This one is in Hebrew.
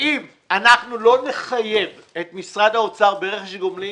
ואם לא נחייב את משרד האוצר ברכש גומלין